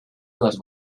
les